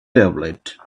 tablet